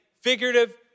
figurative